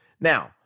Now